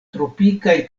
tropikaj